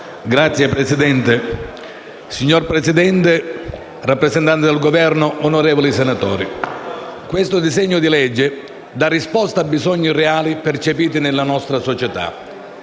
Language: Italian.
*(AP (NCD-UDC))*. Signor Presidente, rappresentante del Governo, onorevoli senatori, questo disegno di legge dà risposta a bisogni reali percepiti nella nostra società.